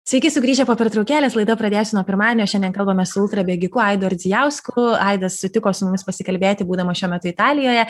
sveiki sugrįžę po pertraukėlės laida pradėsiu nuo pirmadienio šiandien kalbamės su ultrabėgiku aidu ardzijausku aidas sutiko su mumis pasikalbėti būdamas šiuo metu italijoje